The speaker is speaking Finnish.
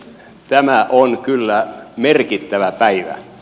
tämä on kyllä merkittävä päivä